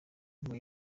ngo